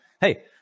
Hey